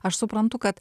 aš suprantu kad